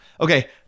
Okay